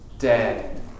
dead